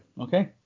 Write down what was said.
Okay